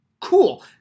Cool